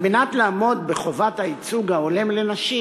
על מנת לעמוד בחובת הייצוג ההולם לנשים,